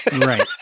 Right